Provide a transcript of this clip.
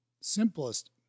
simplest